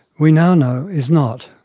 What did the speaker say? we now know is not.